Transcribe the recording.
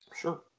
Sure